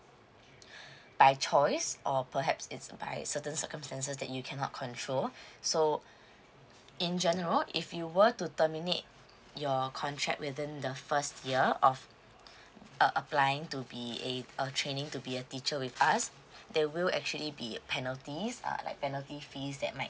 by choice or perhaps it's by certain circumstances that you cannot control so in general if you were to terminate your contract within the first year of uh applying to be a a training to be a teacher with us there will actually be penalties uh like penalty fees that might